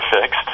fixed